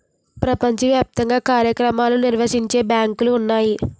ప్రపంచ వ్యాప్తంగా కార్యక్రమాలు నిర్వహించే బ్యాంకులు ఉన్నాయి